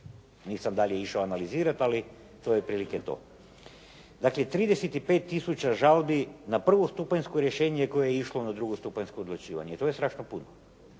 Nisam dalje išao analizirati, ali to je otprilike to. Dakle, 35 tisuća žalbi na prvostupanjsko rješenje je koje je išlo na drugostupanjsko odlučivanje i to je strašno puno.